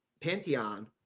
pantheon